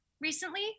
recently